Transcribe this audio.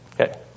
Okay